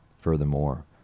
furthermore